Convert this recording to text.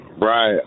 Right